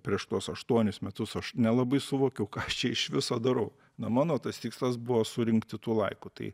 prieš tuos aštuonis metus aš nelabai suvokiau ką aš čia iš viso darau na mano tas tikslas buvo surinkti tų laikų tai